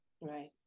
Right